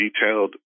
detailed